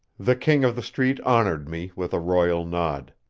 the king of the street honored me with a royal nod.